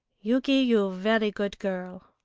yuki, you very good girl.